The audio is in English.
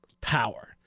power